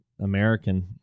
American